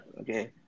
Okay